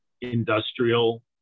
industrial